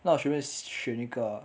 那我随便选一个啊